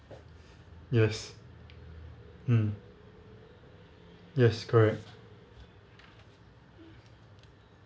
yes mm yes correct